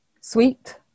sweet